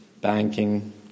banking